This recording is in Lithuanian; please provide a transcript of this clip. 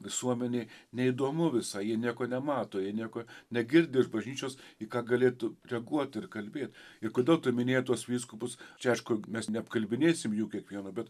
visuomenei neįdomu visai jie nieko nemato jie nieko negirdi iš bažnyčios į ką galėtų reaguoti ir kalbėt ir kodėl tu minėjai tuos vyskupus čia aišku mes neapkalbinėsim jų kiekvieno bet